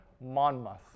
Monmouth